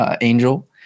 angel